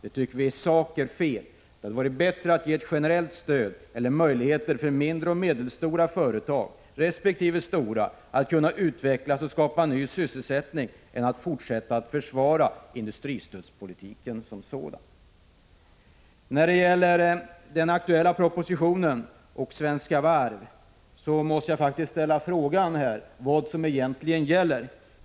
Vi tycker att det i sak är fel. Det hade varit bättre att ge ett generellt stöd eller möjligheter för mindre och medelstora resp. stora företag att utvecklas och skapa ny sysselsättning än att fortsätta försvara industristödspolitiken. När det gäller den aktuella propositionen och Svenska Varv måste jag faktiskt ställa frågan här vad som egentligen gäller.